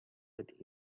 with